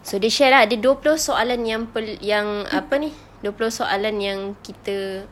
so dia share lah ada dua puluh soalan yang per~ yang apa ini dua puluh soalan yang kita